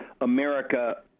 America